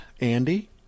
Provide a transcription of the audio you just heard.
Andy